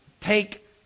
Take